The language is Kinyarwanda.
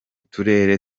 turere